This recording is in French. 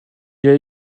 est